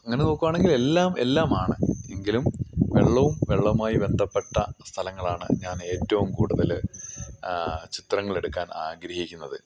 അങ്ങനെ നോക്കുകയാണെങ്കിൽ എല്ലാം എല്ലാമാണ് എങ്കിലും വെള്ളവും വെള്ളവുമായി ബന്ധപ്പെട്ട സ്ഥലങ്ങളാണ് ഞാൻ ഏറ്റവും കൂടുതൽ ചിത്രങ്ങളെടുക്കാൻ ആഗ്രഹിക്കുന്നത്